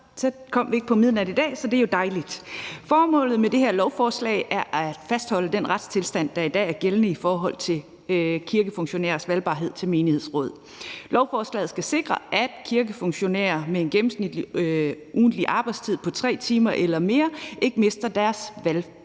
kom vi ikke i dag, så det er jo dejligt. Formålet med det her lovforslag er at fastholde den retstilstand, der i dag er gældende i forhold til kirkefunktionærers valgbarhed til menighedsråd. Lovforslaget skal sikre, at kirkefunktionærer med en gennemsnitlig ugentlig arbejdstid på 3 timer eller mere ikke mister deres valgbarhed,